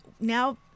now